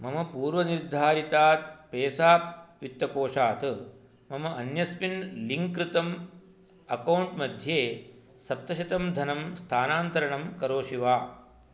मम पूर्वनिर्धारितात् पेसाप् वित्तकोषात् मम अन्यस्मिन् लिङ्क् कृतम् अकौण्ट् मध्ये सप्तशतं धनं स्थानान्तरणं करोषि वा